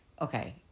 Okay